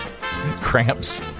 cramps